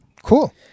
Cool